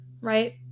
right